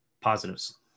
positives